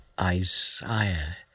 Isaiah